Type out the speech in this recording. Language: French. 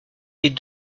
est